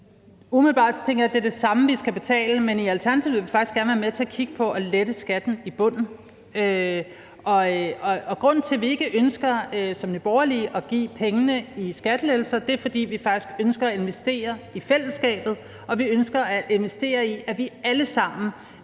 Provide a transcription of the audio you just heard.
Umiddelbart tænker jeg, at det er det samme, vi skal betale, men i Alternativet vil vi faktisk gerne være med til at kigge på at lette skatten i bunden. Grunden til, at vi ikke som Nye Borgerlige ønsker at give pengene i skattelettelser, er, at vi faktisk ønsker at investere i fællesskabet, og vi ønsker at investere i, at vi alle sammen